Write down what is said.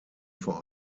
vor